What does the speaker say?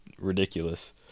ridiculous